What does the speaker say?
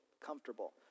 comfortable